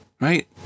Right